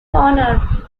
honor